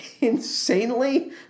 Insanely